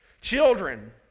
Children